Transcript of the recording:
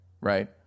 right